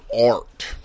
art